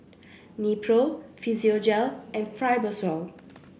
Nepro Physiogel and Fibrosol